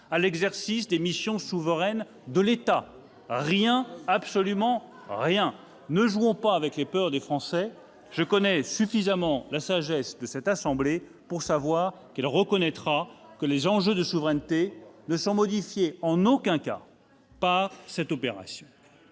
à l'exercice des missions souveraines de l'État. Rien, absolument rien ! Ne jouons pas avec les peurs des Français ! Donc, ne le faites pas ! Je connais suffisamment la sagesse de cette assemblée pour savoir qu'elle reconnaîtra que les enjeux de souveraineté ne sont en aucun cas modifiés par cette opération.